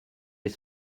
les